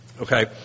Okay